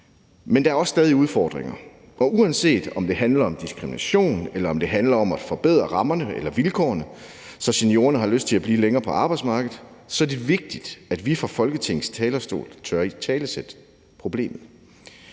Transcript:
Men der er stadig udfordringer, og uanset om det handler om diskrimination, eller om det handler om at forbedre rammerne eller vilkårene, så seniorerne har lyst til at blive længere på arbejdsmarkedet, er det vigtigt, at vi fra Folketingets talerstol tør italesætte problemet.